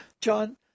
John